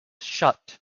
shut